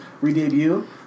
re-debut